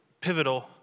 pivotal